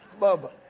Bubba